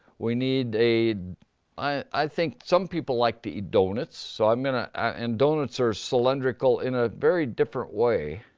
we need a i think some people like to eat donuts, so i mean ah and donuts are cylindrical in a very different way.